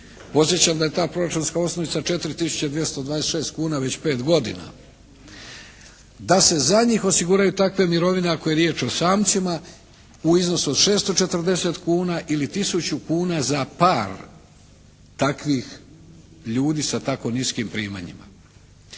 podsjećam da je ta proračunska osnovica 4 tisuće 226 kuna već pet godina, da se za njih osiguraju takve mirovine ako je riječ o samcima u iznosu od 640 kuna ili tisuću kuna za par takvih ljudi sa tako niskim primanjima.